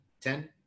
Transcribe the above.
ten